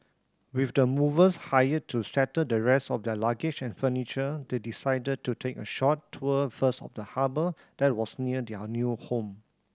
with the movers hired to settle the rest of their luggage and furniture they decided to take a short tour first of the harbour that was near their new home